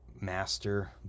Master